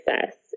success